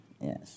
Yes